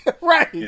Right